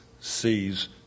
sees